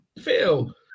Phil